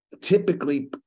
Typically